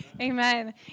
Amen